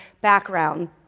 background